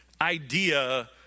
idea